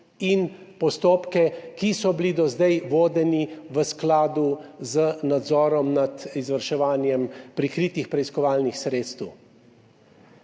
in postopke, ki so bili do zdaj vodeni v skladu z nadzorom nad izvrševanjem prikritih preiskovalnih sredstev.